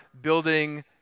building